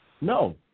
No